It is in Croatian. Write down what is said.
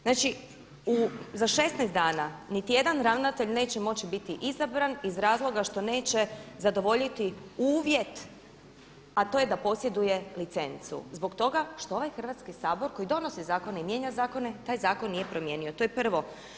Znači za 16 dana niti jedan ravnatelj neće moći biti izabran iz razloga što neće zadovoljiti uvjet a to je da posjeduje licencu zbog toga što ovaj Hrvatski sabor koji donosi zakone i mijenja zakone taj zakon nije promijenio, to je prvo.